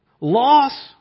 Loss